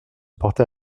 porta